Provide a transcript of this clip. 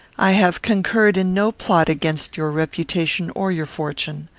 i have concurred in no plot against your reputation or your fortune.